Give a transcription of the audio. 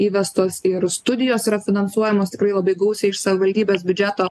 įvestos ir studijos refinansuojamos tikrai labai gausiai iš savivaldybės biudžeto